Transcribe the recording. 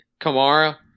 Kamara